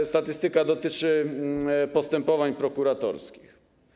Ta statystyka dotyczy postępowań prokuratorskich.